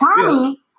Tommy